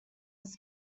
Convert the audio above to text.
his